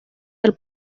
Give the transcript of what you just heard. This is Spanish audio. del